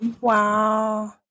Wow